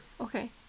Okay